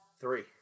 three